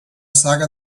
saga